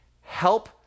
Help